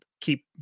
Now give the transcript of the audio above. keep